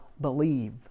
believe